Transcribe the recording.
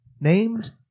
Named